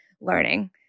learning